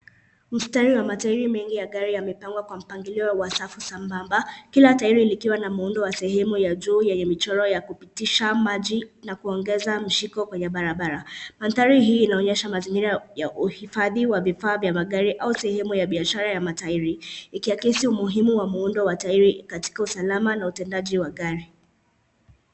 Mstari wa matairi mengi ya gari yamepangwa kwa mpangilio wa safu sambamba. Kila tairi likiwa na muundo wa sehemu ya juu yenye michoro ya kupitisha maji, na kuongeza mshiko kwenye barabara. Mandhari hii inaonyesha mazingira ya uhifadhi wa vifaa vya magari au sehemu ya biashara ya matairi. Ikiakisi umuhimu wa muundo wa tairi katika usalama na utendaji wa gari.